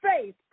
faith